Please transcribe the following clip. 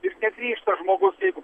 ir negrįžta žmogus jeigu